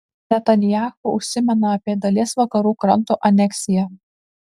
netanyahu užsimena apie dalies vakarų kranto aneksiją